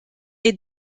est